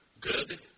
Good